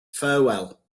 farewell